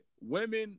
women